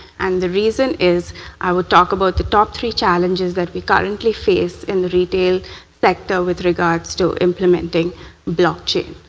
and the reason is i will talk about the top three challenges that we currently face in the retail sector with regards to implementing blockchain.